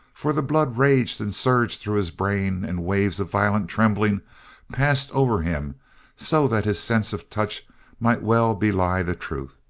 for the blood raged and surged through his brain and waves of violent trembling passed over him so that his sense of touch might well belie the truth.